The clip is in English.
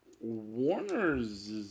Warner's